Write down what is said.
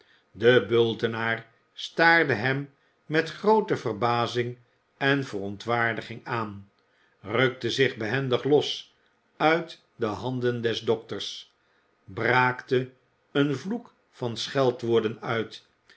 de bultenaar staarde hem met groote verbazing en verontwaardiging aan rukte zich behendig los uit de handen des dokters braakte een vloek van scheldwoorden uit